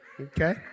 Okay